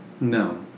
No